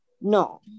no